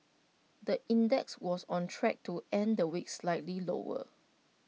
the index was on track to end the week slightly lower